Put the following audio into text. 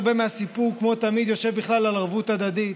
הרבה מהסיפור כמו תמיד יושב בכלל על ערבות הדדית